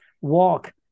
walk